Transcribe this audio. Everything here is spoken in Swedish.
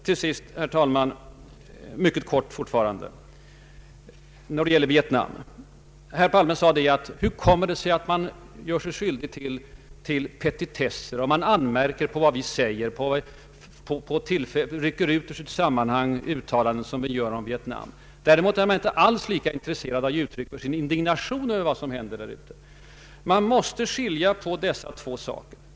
Till sist, herr talman, vill jag — fortfarande mycket kortfattat — åter beröra frågan om Vietnam. Herr Palme frågade: Hur kommer det sig att man gör sig skyldig till petitesser och an Ang. Sveriges utrikesoch handelspolitik märker på vad vi säger, rycker ut uttalanden som vi gör om Viebnam ur sammanhanget? Däremot är man inte alls lika intresserad av att ge uttryck för sin indignation över vad som händer där ute. Man måste skilja på dessa två saker.